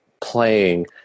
playing